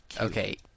Okay